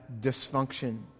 dysfunction